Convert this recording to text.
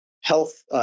health